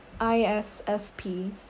ISFP